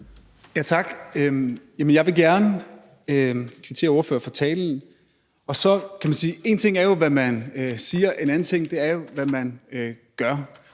Tak. Jeg vil gerne kvittere ordføreren for talen. En ting er jo, hvad man siger, men en anden ting er, hvad man gør.